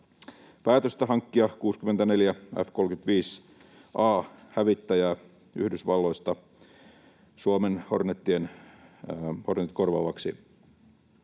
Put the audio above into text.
päätöstä hankkia 64 F-35A-hävittäjää Yhdysvalloista Suomen Hornetit korvaaviksi